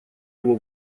его